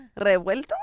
revuelto